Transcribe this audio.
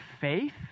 faith